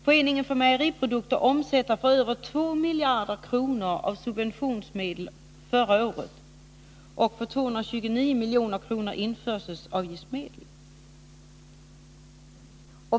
Föreningen för Mejeriprodukter omsatte förra året för över 2 miljarder kronor av subventionsmedel och för 229 milj.kr. i införsel av livsmedel.